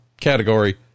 category